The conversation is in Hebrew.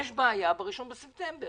יש בעיה ב-1 בספטמבר.